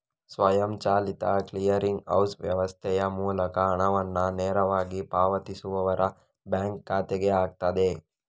ಸ್ವಯಂಚಾಲಿತ clearing house ವ್ಯವಸ್ಥೆಯ ಮೂಲಕ ಹಣವನ್ನ ನೇರವಾಗಿ ಪಾವತಿಸುವವರ ಬ್ಯಾಂಕ್ ಖಾತೆಗೆ ಹಾಕ್ತದೆ